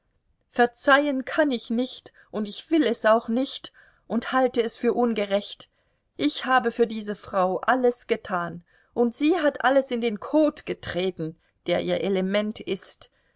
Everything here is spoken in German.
verzeihen kann ich nicht und ich will es auch nicht und halte es für ungerecht ich habe für diese frau alles getan und sie hat alles in den kot getreten der ihr element ist